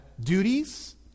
duties